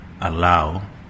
allow